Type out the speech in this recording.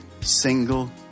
single